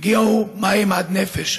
הגיעו מים עד נפש.